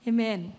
Amen